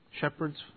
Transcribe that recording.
shepherds